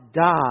die